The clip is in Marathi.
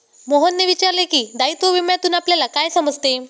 मोहनने विचारले की, दायित्व विम्यातून आपल्याला काय समजते?